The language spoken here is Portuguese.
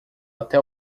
até